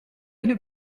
une